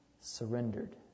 Surrendered